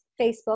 Facebook